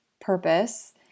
purpose